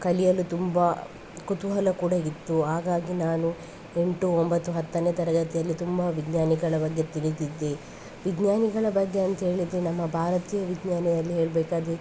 ಕಲಿಯಲು ತುಂಬ ಕುತೂಹಲ ಕೂಡ ಇತ್ತು ಹಾಗಾಗಿ ನಾನು ಎಂಟು ಒಂಬತ್ತು ಹತ್ತನೇ ತರಗತಿಯಲ್ಲಿ ತುಂಬ ವಿಜ್ಞಾನಿಗಳ ಬಗ್ಗೆ ತಿಳಿದಿದ್ದೆ ವಿಜ್ಞಾನಿಗಳ ಬಗ್ಗೆ ಅಂತ ಹೇಳಿದರೆ ನಮ್ಮ ಭಾರತೀಯ ವಿಜ್ಞಾನಿಯಲ್ಲಿ ಹೇಳಬೇಕಾದ್ರೆ